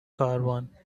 caravan